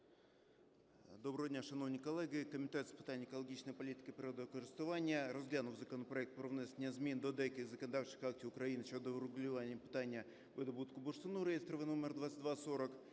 Доброго дня, шановні колеги! Комітет з питань екологічної політики, природокористування розглянув законопроект про внесення змін до деяких законодавчих актів України щодо врегулювання питання видобутку бурштину (реєстраційний номер 2240),